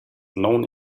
known